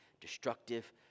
destructive